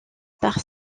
par